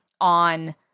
on